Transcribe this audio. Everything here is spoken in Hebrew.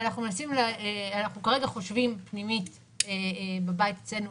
אנחנו חושבים פנימית בבית אצלנו,